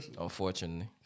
Unfortunately